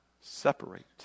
separate